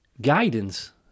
guidance